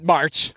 March